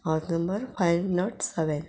house number five not seven